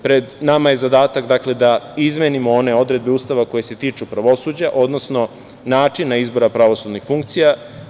Pred nama je zadatak da izmenimo one odredbe Ustava koje se tiču pravosuđa, odnosno načina izbora pravosudnih funkcija.